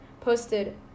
posted